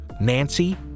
Nancy